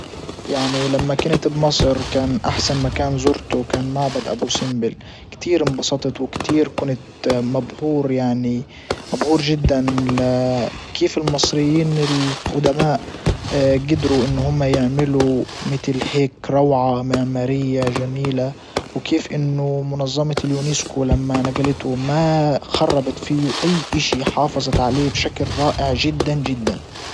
يعني لما كنت بمصر كان احسن مكان زرته وكان معبد ابو سمبل كتير انبسطت وكتير كنت مبهور يعني مبهور جدا كيف المصريين القدماء اه قدروا ان هم يعملوا متل هيك روعة معمارية جميلة وكيف انه منظمة اليونيسكو لما نجلته ما خربت فيو اي اشي حافظت عليه بشكل رائع جدا جدا